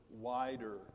wider